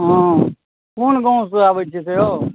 हँ कोन गाँवसँ आबै छै से हौ